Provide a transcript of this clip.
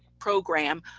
program.